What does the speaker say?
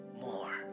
more